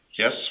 Yes